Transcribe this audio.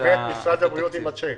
נלווה את משרד הבריאות עם השיק.